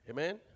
Amen